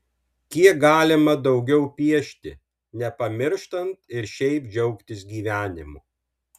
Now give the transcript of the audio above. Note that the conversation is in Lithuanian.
kiek galima daugiau piešti nepamirštant ir šiaip džiaugtis gyvenimu